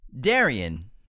Darian